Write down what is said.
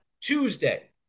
Tuesday